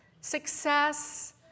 Success